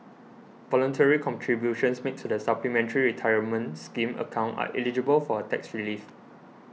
voluntary contributions made to the Supplementary Retirement Scheme account are eligible for a tax relief